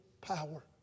power